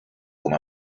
com